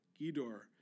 Gidor